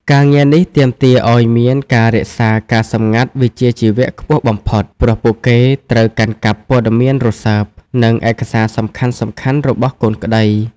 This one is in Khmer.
ការងារនេះទាមទារឱ្យមានការរក្សាការសម្ងាត់វិជ្ជាជីវៈខ្ពស់បំផុត ព្រោះពួកគេត្រូវកាន់កាប់ព័ត៌មានរសើប និងឯកសារសំខាន់ៗរបស់កូនក្តី។